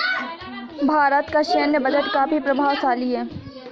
भारत का सैन्य बजट काफी प्रभावशाली है